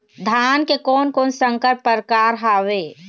धान के कोन कोन संकर परकार हावे?